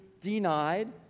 denied